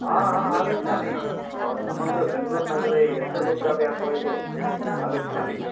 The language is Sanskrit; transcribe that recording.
आगच्छामि भवान् समग्र बेङ्गलुरनगरे यत्र कुत्रापि आह्वयतु आगच्छामि